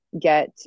get